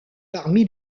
parmi